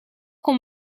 qu’on